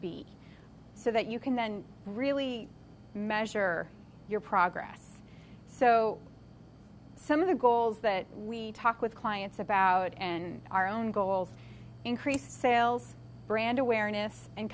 be so that you can then really measure your progress so some of the goals that we talk with clients about and our own goals increase sales brand awareness and